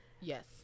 Yes